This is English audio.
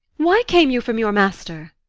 why came you from your master?